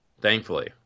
Thankfully